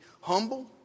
humble